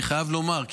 אני חייב לומר,